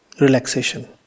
relaxation